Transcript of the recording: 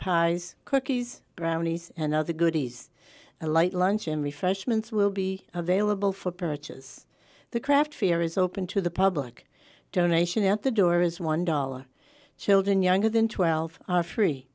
ties cookies brownies and other goodies a light lunch and refreshments will be available for purchase the craft fair is open to the public donation at the door is one dollar children younger than twelve are free